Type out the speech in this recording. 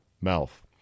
mouth